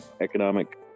economic